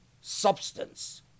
substance